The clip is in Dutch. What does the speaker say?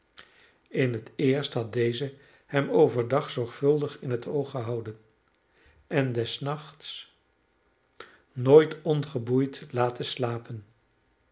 in het eerst had deze hem over dag zorgvuldig in het oog gehouden en des nachts nooit ongeboeid laten slapen